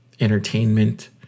Entertainment